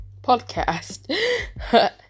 Podcast